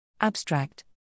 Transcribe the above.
Abstract